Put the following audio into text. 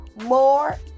more